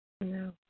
No